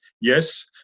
yes